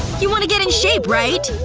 you wanna get in shape, right?